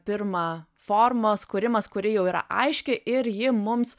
pirma formos kūrimas kuri jau yra aiški ir ji mums